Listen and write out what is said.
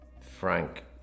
Frank